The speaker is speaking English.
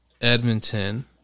Edmonton